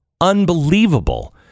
unbelievable